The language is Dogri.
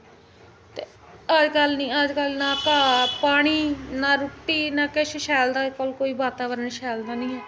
अज्ज कल निं अज्ज कल ना घाऽ पानी ना रुट्टी ना किश शैल कोई वातावरण शैल नेईं